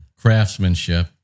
craftsmanship